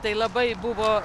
tai labai buvo